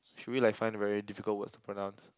should we like find a very difficult words to pronounce